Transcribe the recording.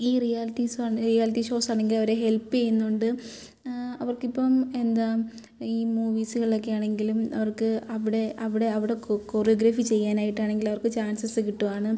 ഈ റിയാലിറ്റീസ് വ reality shows ആണെങ്കിൽ അവരെ ഹെൽപ്പ് ചെയ്യുന്നുണ്ട് അവർക്കിപ്പം എന്താണ് ഈ മൂവീസുകളൊക്കെയാണെങ്കിലും അവർക്ക് അവിടെ അവിടെ അവിടെ കൊ കൊറിയോഗ്രഫി ചെയ്യാനായിട്ടാണെങ്കിൽ അവർക്ക് ചാൻസസ് കിട്ടുവാണ്